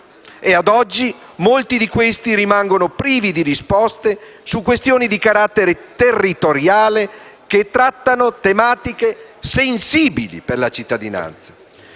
e, ad oggi, molti di questi rimangono privi di risposte su questioni di carattere territoriale, che trattano tematiche sensibili per la cittadinanza;